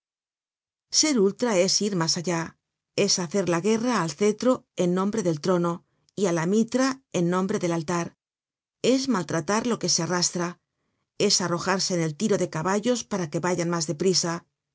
ser ultra es ir mas allá es hacer la guerra al cetro en nombre del trono y á la mitra en nombre del altar es maltratar lo que se arrastra es arrojarse en el tiro de caballos para que vayan mas de prisa